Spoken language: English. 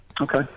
Okay